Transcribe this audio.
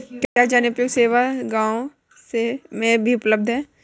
क्या जनोपयोगी सेवा गाँव में भी उपलब्ध है?